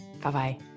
Bye-bye